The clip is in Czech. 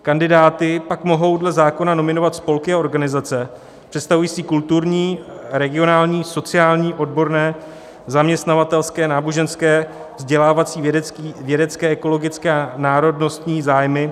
Kandidáty pak mohou dle zákona nominovat spolky a organizace představující kulturní, regionální, sociální, odborné, zaměstnavatelské, náboženské, vzdělávací, vědecké, ekologické, národnostní zájmy.